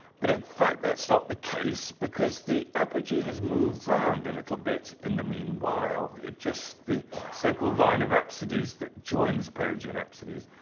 but in fact that's not case, because the apogee has moved around, a little bit, in the meanwhile. it's just the so-called, lines of apsogees, that joins perigee and apsogees,